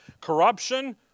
Corruption